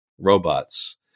robots